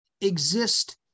exist